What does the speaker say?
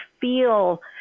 feel